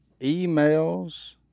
emails